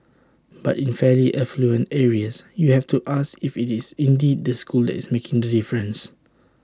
but in fairly affluent areas you have to ask if IT is indeed the school that is making the difference